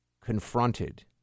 confronted